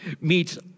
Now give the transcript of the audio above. meets